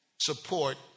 support